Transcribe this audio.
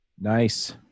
Nice